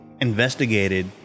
investigated